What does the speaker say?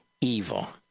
evil